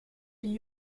die